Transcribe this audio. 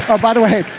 um by the way.